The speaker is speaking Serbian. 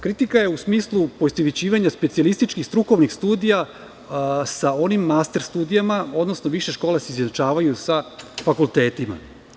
Kritika je u smislu poistovećivanja specijalističkih strukovnih studija sa master studijama, odnosno više škole se izjednačavaju sa fakultetima.